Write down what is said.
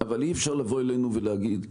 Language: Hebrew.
אי אפשר לבוא אלינו ולהגיד,